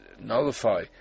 nullify